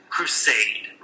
crusade